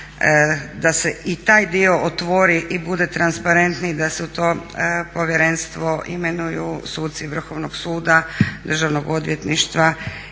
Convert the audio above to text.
da se i taj dio otvori i bude transparentniji, da se u to povjerenstvo imenuju suci Vrhovnog suda, Državnog odvjetništva